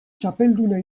txapelduna